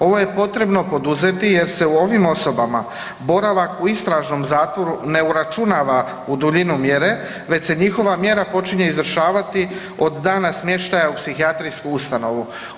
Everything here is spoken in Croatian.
Ovo je potrebno poduzeti jer se ovim osobama boravak u istražnom zatvoru ne uračunava u duljinu mjere već se njihove mjera počinje izvršavati od dana smještaja u psihijatrijsku ustanovu.